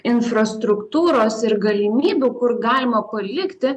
infrastruktūros ir galimybių kur galima palikti